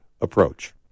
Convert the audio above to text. approach